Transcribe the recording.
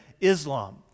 Islam